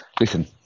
Listen